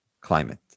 climate